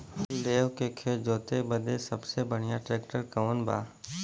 लेव के खेत जोते बदे सबसे बढ़ियां ट्रैक्टर कवन बा?